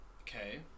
Okay